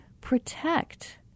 protect